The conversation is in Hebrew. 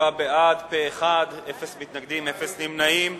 27 בעד, פה אחד, אין מתנגדים ואין נמנעים.